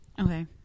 okay